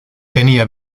tenía